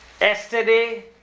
Yesterday